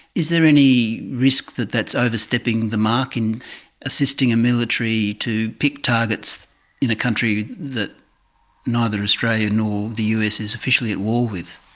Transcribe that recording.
is there any risk that that's overstepping the mark in assisting a military to pick targets in a country that neither australia nor the us is officially at war with?